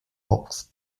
oaks